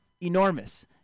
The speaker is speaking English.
enormous